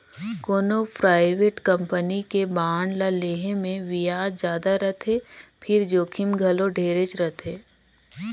कोनो private company के bond ल लेहे मे बियाज जादा रथे फिर जोखिम घलो ढेरेच रथे